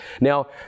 Now